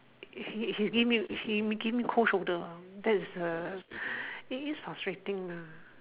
he he give me he making me cold shoulder lah that is a it is frustrating ah